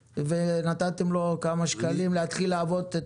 ונתתם לו כמה שקלים להתחיל לעבוד,